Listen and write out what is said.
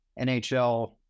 NHL